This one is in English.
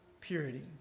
purity